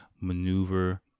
maneuver